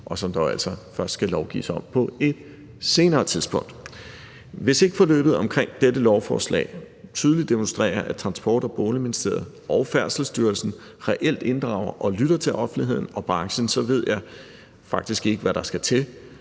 og som der jo altså først skal lovgives om på et senere tidspunkt. Hvis ikke forløbet om dette lovforslag tydeligt demonstrerer, at Transport- og Boligministeriet og Færdselsstyrelsen reelt inddrager og lytter til offentligheden og branchen, så ved jeg faktisk ikke, hvad der skal til.